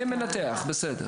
"כמנתח", בסדר.